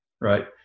right